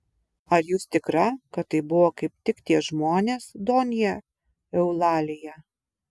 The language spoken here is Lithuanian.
ar jūs tikra kad tai buvo kaip tik tie žmonės donja eulalija